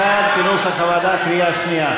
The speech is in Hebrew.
ההסתייגות של קבוצת סיעת הרשימה המשותפת לסעיף 1 לא נתקבלה.